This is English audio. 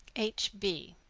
h b.